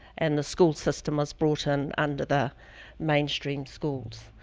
and the school system was brought in under the mainstream schools.